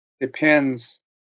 depends